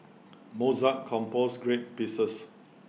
Mozart composed great pieces